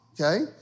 okay